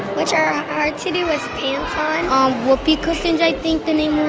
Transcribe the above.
which are hard to do with pants on whoopee cushions, i think the name